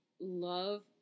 love